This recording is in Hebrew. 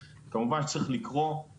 כלומר, זה לא אחיד לכל החברות.